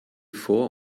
vor